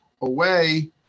away